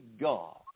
God